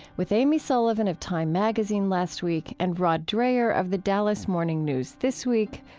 with amy sullivan of time magazine last week and rod dreher of the dallas morning news this week,